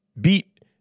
beat